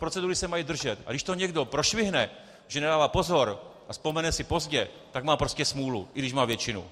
Procedury se mají držet, a když to někdo prošvihne, že nedává pozor, a vzpomene si pozdě, tak má prostě smůlu, i když má většinu.